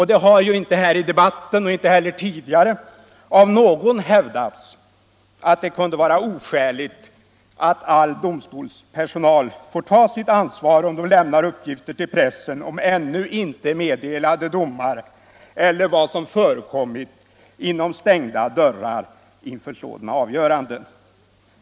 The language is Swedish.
Det har inte här i debatten och inte heller tidigare av någon hävdats att det kunde vara oskäligt att all domstolspersonal får ta sitt ansvar om man lämnar uppgifter till pressen om ännu inte meddelade domar eller om vad som förekommit inom stängda dörrar inför sådana avgöranden.